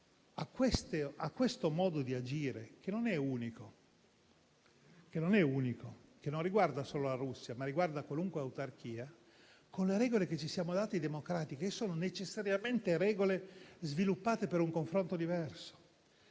a questo modo di agire, che non è unico e non riguarda solo la Russia, ma riguarda qualunque autarchia, con le regole democratiche che ci siamo dati e che sono necessariamente sviluppate per un confronto diverso.